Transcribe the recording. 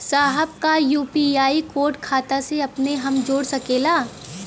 साहब का UPI code खाता से अपने हम जोड़ सकेला?